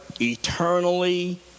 eternally